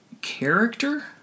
character